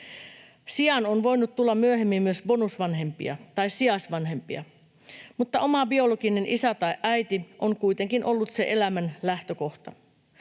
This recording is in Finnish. Sijaan on voinut tulla myöhemmin myös bonusvanhempia tai sijaisvanhempia, mutta oma biologinen isä tai äiti on kuitenkin ollut se elämän lähtökohta.